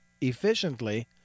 efficiently